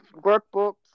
workbooks